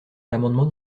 l’amendement